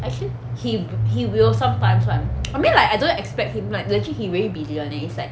actually he he will sometimes [one] I mean like I don't expect him like legit he very busy [one] leh